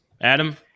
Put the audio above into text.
Adam